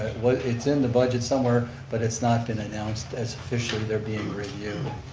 it's in the budget somewhere, but it's not been announced as officially there being review.